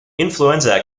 influenza